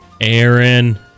Aaron